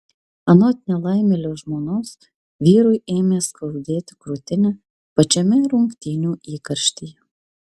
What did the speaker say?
anot nelaimėlio žmonos vyrui ėmė skaudėti krūtinę pačiame rungtynių įkarštyje